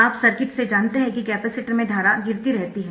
आप सर्किट से जानते है कि कपैसिटर में धारा गिरती रहती है